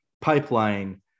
pipeline